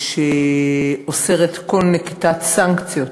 שאוסרת כל נקיטת סנקציות